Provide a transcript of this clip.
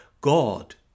God